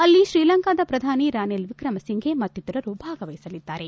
ಅಲ್ಲಿ ಶ್ರೀಲಂಕಾದ ಪ್ರಧಾನಿ ರನಿಲ್ ವಿಕ್ರಮಸಿಂಘೇ ಮತ್ತಿತರರು ಭಾಗವಹಿಸಲಿದ್ದಾರೆ